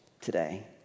Today